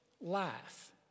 life